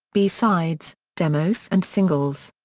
b-sides, demos and singles.